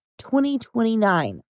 2029